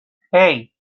hey